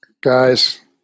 Guys